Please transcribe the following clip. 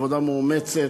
עבודה מאומצת,